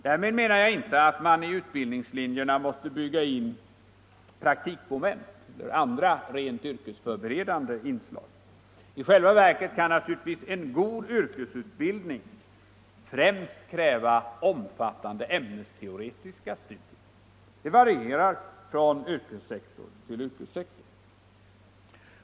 Därmed menar jag inte att man i utbildningslinjerna måste bygga in praktikmoment och andra rent yrkesförberedande inslag. I själva verket kan naturligtvis en god yrkesutbildning främst kräva omfattande ämnesteoretiska studier. Detta varierar från yrkessektor till yrkessektor.